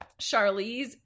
Charlize